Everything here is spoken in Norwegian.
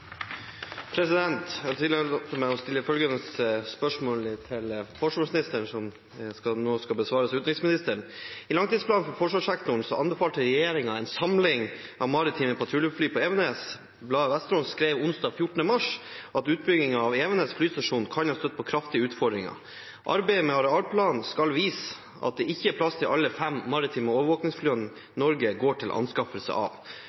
Jeg tillater meg å stille følgende spørsmål: «I langtidsplanen for forsvarssektoren anbefalte regjeringen en samling av maritime patruljefly på Evenes. Bladet Vesterålen skrev onsdag 14. mars at: «Utbygginga av Evenes flystasjon kan ha støtt på kraftige utfordringer. Arbeidet med arealplanen skal vise at det ikke er plass til alle fem maritime overvåkingsfly Norge går til anskaffelse av.»